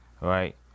Right